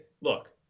look